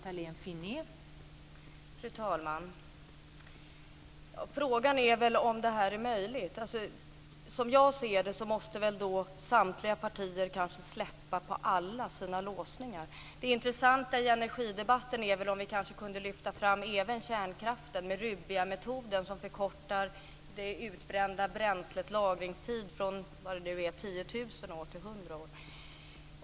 Fru talman! Frågan är väl om det är möjligt. Som jag ser det måste samtliga partier släppa på alla sina låsningar. Det intressanta i energidebatten är väl om vi kanske kunde lyfta fram även kärnkraften med Rubbiametoden som förkortar det utbrända bränslets lagringstid från om det var 10 000 år till 100 år.